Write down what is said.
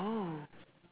oh